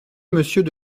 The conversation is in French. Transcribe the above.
monsieur